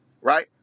right